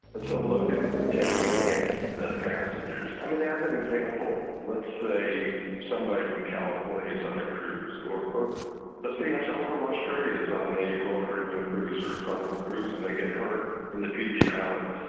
it's a loaded deck against the passengers. i mean, as an example, let's say somebody from california is on a cruise, or or let's say you have someone from australia's on a royal caribbean cruise or carnival cruise and they get hurt in the fijian islands.